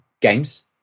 games